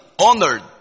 honored